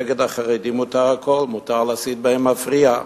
נגד החרדים מותר הכול, מותר להסית באין מפריע.